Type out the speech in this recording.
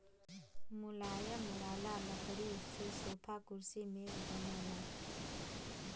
मुलायम वाला लकड़ी से सोफा, कुर्सी, मेज बनला